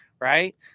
right